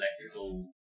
electrical